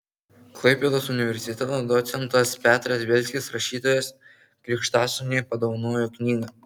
klaipėdos universiteto docentas petras bielskis rašytojos krikštasūniui padovanojo knygą